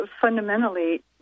fundamentally